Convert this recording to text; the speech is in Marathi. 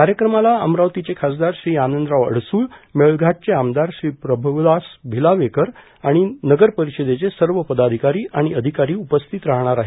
कार्यक्रमाला अमरावतीचे खासदार श्री आनंदराव अडसूळ मेळ्याटचे आमदार श्री प्रमुदास भिलावेकर आणि नगरपरिषदेचे सर्व पदाषिक्रारी आणि अधिकारी उपस्थित राहणार आहेत